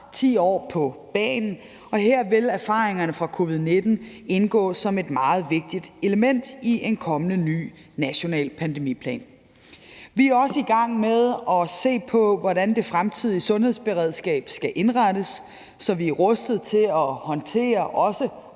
10 år på bagen, og her vil erfaringerne fra covid-19 indgå som et meget vigtigt element i en kommende ny national pandemiplan. Vi er også i gang med at se på, hvordan det fremtidige sundhedsberedskab skal indrettes, så vi også er rustet til at håndtere